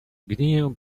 gniję